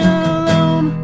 alone